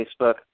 Facebook